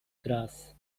grass